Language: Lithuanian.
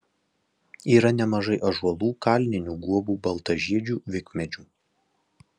yra nemažai ąžuolų kalninių guobų baltažiedžių vikmedžių